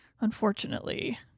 unfortunately